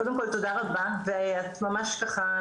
קודם כל תודה רבה ואת ממש ככה,